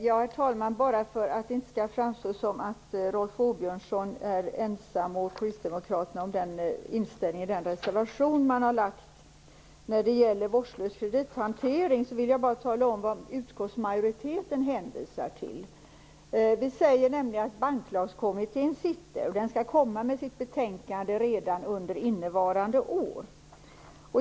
Herr talman! För att det inte skall framstå som att Rolf Åbjörnsson och Kristdemokraterna är ensamma om inställningen i den reservation man har gjort när det gäller vårdslös kredithantering, vill jag tala om vad utskottsmajorieten hänvisar till. Vi säger att Banklagskommittén skall komma med sitt betänkande redan under innevarande år.